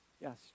Yes